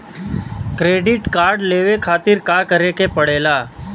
Credit card लेवे खातिर का करे के पड़ेला?